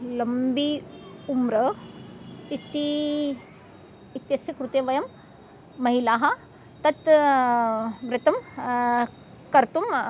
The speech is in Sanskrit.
लम्बि उम्र इति इत्यस्य कृते वयं महिलाः तत् व्रतं कर्तुम्